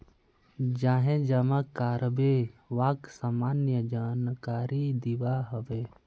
जाहें जमा कारबे वाक सामान्य जानकारी दिबा हबे